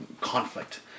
conflict